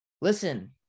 Listen